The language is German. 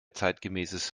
zeitgemäßes